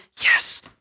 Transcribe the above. Yes